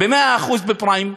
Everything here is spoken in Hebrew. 100% בפריים,